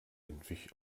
entwich